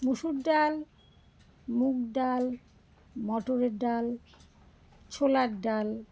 মুসুর ডাল মুগ ডাল মটরের ডাল ছোলার ডাল